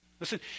Listen